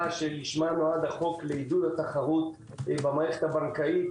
שלשמה נועד החוק לעידוד התחרות במערכת הבנקאית.